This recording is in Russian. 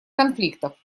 конфликтов